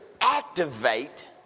activate